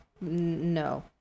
no